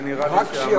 אני רוצה להציע לך